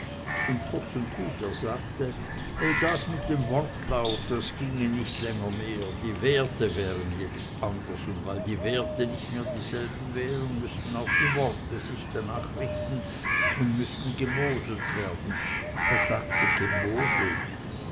und kurz und gut er sagte das mit dem wortlaut das ginge nicht länger mehr die werte wären jetzt anders und weil die werte nicht mehr dieselben wären müßten auch die worte sich danach richten und müßten gemodelt werden er sagte gemodelt